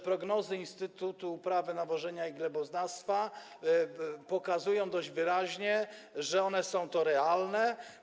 Prognozy Instytutu Uprawy, Nawożenia i Gleboznawstwa pokazują dość wyraźnie, że zagrożenie jest realne.